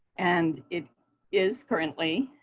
and it is, currently,